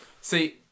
see